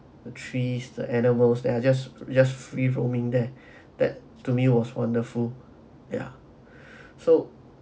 the trees the animals that are just just free roaming there that to me was wonderful yeah so